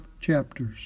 chapters